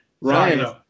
Ryan